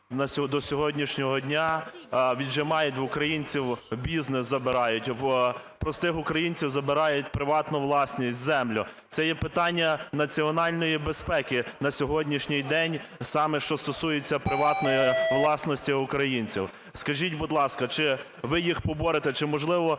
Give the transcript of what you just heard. до сьогоднішнього дня віджимають в українців бізнес, забирають, в простих українців забирають приватну власність – землю? Це є питання національної безпеки на сьогоднішній день, саме що стосується приватної власності українців. Скажіть, будь ласка, чи ви їх поборете? Чи, можливо,